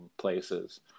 places